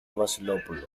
βασιλόπουλο